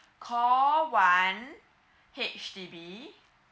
call one H_D_B